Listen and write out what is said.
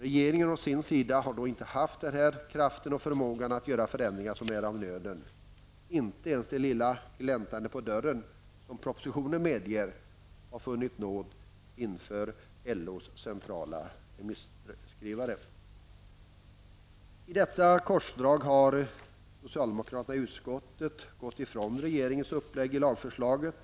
Regeringen har å sin sida inte kraft och förmåga att göra de förändringar som är av nöden. Inte ens det lilla gläntande på dörren som propositionen medger har funnit nåd inför LOs centrala remisskrivare. I detta korsdrag har socialdemokraterna i utskottet gått ifrån regeringens uppläggning i lagförslaget.